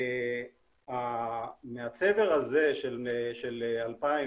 מהצבר הזה של 2,000,